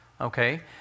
okay